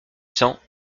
cents